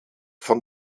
von